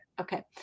Okay